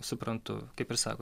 suprantu kaip ir sakot